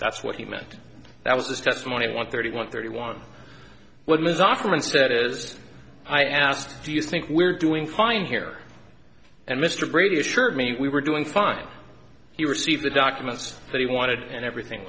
that's what he meant that was this testimony one thirty one thirty one what ms often said is i asked do you think we're doing fine here and mr brady assured me we were doing fine he received the documents that he wanted and everything